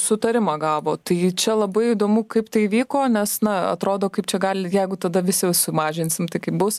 sutarimą gavo tai čia labai įdomu kaip tai įvyko nes na atrodo kaip čia gali ir jeigu tada visi sumažinsim tai kaip bus